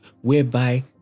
whereby